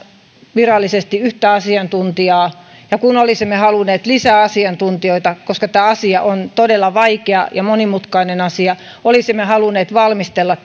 virallisesti ainoastaan yhtä asiantuntijaa ja kun olisimme halunneet lisää asiantuntijoita koska tämä asia on todella vaikea ja monimutkainen ja olisimme halunneet valmistella